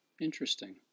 Interesting